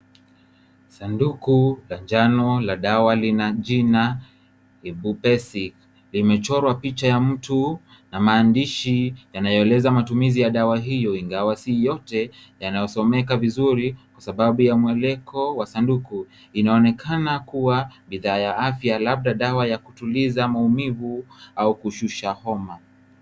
Sanduku la njano lina jina Ibugesic. Limechorwa picha ya mtu na maandishi yanayoeleza matumizi ya dawa hiyo ingawa si yote yanayosomeka vizuri kwasababu ya mweleko wa sanduku. Inaonekana kuwa bidhaa ya afya labda dawa ya kutuliza maumivu au kushusha homa.